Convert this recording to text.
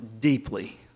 deeply